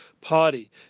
party